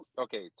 okay